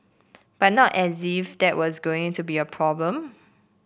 but not as if that was going to be a problem